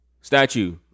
Statue